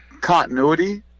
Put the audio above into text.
continuity